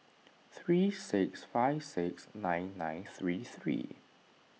three six five six nine nine three three